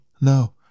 No